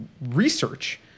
research